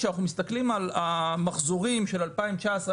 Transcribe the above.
כשאנחנו מסתכלים על המחזורים של 2019,